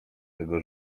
tego